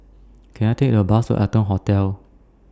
Can I Take A Bus to Arton Hotel